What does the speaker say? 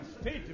state